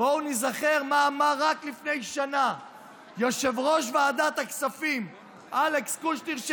בואו ניזכר מה אמר רק לפני שנה יושב-ראש ועדת הכספים אלכס קושניר,